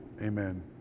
Amen